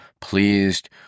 pleased